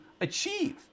achieve